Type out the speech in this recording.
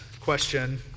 question